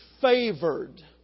favored